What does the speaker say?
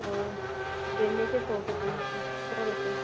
और गेंदे के सौ के सम्थिंग सौ रुपये